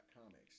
comics